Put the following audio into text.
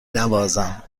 نوازم